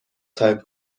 تایپ